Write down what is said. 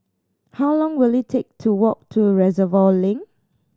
how long will it take to walk to Reservoir Link